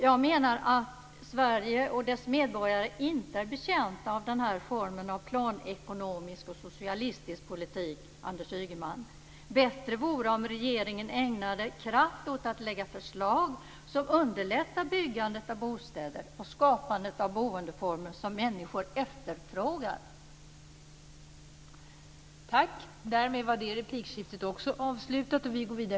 Jag menar att Sverige och dess medborgare inte är betjänta av denna form av planekonomisk och socialistisk politik, Anders Ygeman. Det vore bättre om regeringen ägnade kraft åt att lägga fram förslag som underlättar byggandet av bostäder och skapandet av boendeformer som människor efterfrågar.